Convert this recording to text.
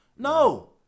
No